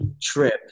trip